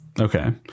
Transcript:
Okay